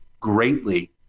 greatly